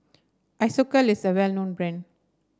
Isocal is a well known brand